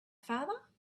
father